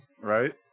Right